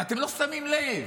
ואתם לא שמים לב.